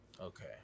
Okay